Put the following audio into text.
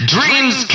Dreams